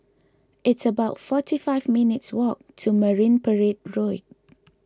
it's about forty five minutes' walk to Marine Parade Road